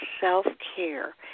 self-care